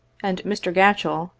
and mr. g-atchell,